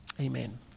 Amen